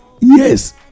yes